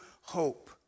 hope